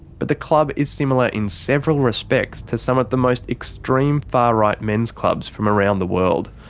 but the club is similar in several respects, to some of the most extreme far right men's clubs from around the world.